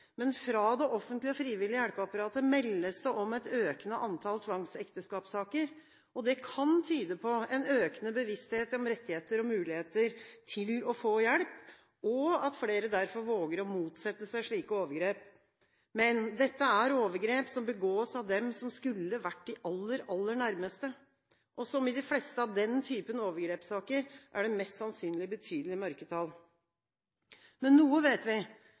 men fra det offentlige og frivillige hjelpeapparatet meldes det om et økende antall tvangsekteskapssaker. Det kan tyde på en økende bevissthet om rettigheter og muligheter til å få hjelp, og at flere derfor våger å motsette seg slike overgrep. Men dette er overgrep som begås av dem som skulle vært de aller nærmeste, og som i de fleste av den typen overgrepssaker, er det mest sannsynlig betydelige mørketall. Men noe vet vi: